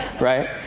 right